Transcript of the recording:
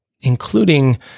including